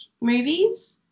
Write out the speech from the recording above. movies